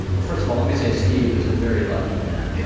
first of all, let me say, steve is a very lucky man.